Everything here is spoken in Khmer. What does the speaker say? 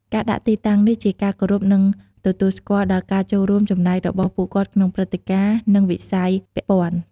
ការដាក់ទីតាំងនេះជាការគោរព និងទទួលស្គាល់ដល់ការចូលរួមចំណែករបស់ពួកគាត់ក្នុងព្រឹត្តិការណ៍ និងវិស័យពាក់ព័ន្ធ។